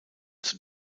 zum